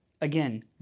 Again